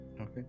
Okay